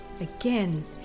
Again